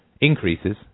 increases